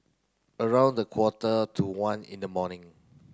around quarter to one in the morning